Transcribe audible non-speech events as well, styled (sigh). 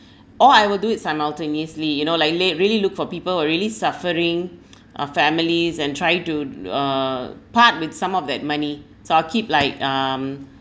(breath) or I will do it simultaneously you know like l~ really look for people who are really suffering (breath) uh families and try to uh part with some of that money so I'll keep like um